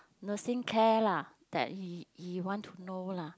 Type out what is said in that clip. nursing care lah that he he want to know lah